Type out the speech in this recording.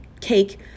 cake